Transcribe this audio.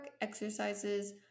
exercises